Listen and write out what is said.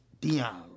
Dion